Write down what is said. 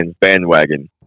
bandwagon